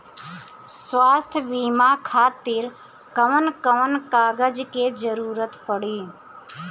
स्वास्थ्य बीमा खातिर कवन कवन कागज के जरुरत पड़ी?